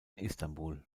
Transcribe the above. istanbul